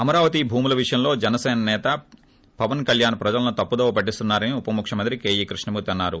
అమరావతి భూముల విషయంలో జనసేన సేత పవన్ కళ్యాణ్ ప్రజలను తప్పుదోవ పట్టిస్తున్నారని ఉపముఖ్యమంత్రి కేఈ కృష్ణమూర్తి అన్నారు